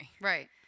Right